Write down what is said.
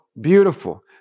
beautiful